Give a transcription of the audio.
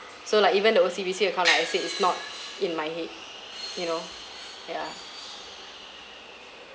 so like even the O_C_B_C account like I said it's not in my head you know yeah